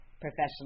professional